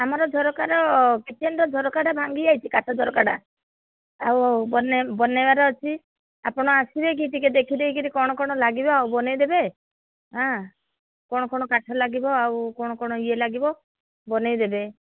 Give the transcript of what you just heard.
ଆମର ଝରକାର କିଚେନ୍ର ଝରକାଟା ଭାଙ୍ଗିଯାଇଛି କାଠ ଝରକାଟା ଆଉ ବନେଇ ବନେଇବାର ଅଛି ଆପଣ ଆସିବେକି ଟିକେ ଦେଖି ଦେଇକିରି କ'ଣ କ'ଣ ଲାଗିବ ଆଉ ବନେଇଦେବେ ଆଁ କ'ଣ କ'ଣ କାଠ ଲାଗିବ ଆଉ କ'ଣ କ'ଣ ଇଏ ଲାଗିବ ବନେଇଦେବେ